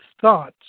thoughts